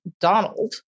Donald